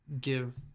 give